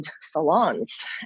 salons